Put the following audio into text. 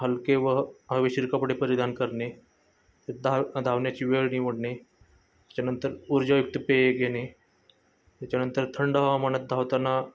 हलके व हवेशीर कपडे परिधान करणे धाव धावण्याची वेळ निवडणे त्याच्यानंतर ऊर्जायुक्त पेय घेणे त्याच्यानंतर थंड हवामानात धावताना